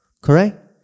Correct